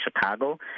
chicago